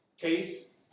case